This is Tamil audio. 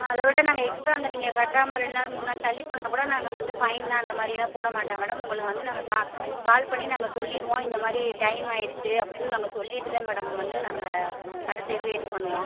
அதைவிட நாங்கள் எக்ஸ்ட்ரா அந்த நீங்கள் கட்டாமல் ரெண்டு நாள் மூன் நாள் தள்ளி போனால் கூட நாங்கள் வந்து ஃபைன் அந்த மாதிரி யெல்லாம் போட மாட்டேன் மேடம் உங்களுக்கு வந்து நாங்கள் கால் பண்ணி நாங்கள் சொல்லிருவோம் இந்த மாதிரி டைமாகியிருச்சு அப்படின்னு நாங்கள் சொல்லிவிட்டு தான் மேடம் வந்து நாங்கள் அடுத்த இதுவே இது பண்ணுவோம்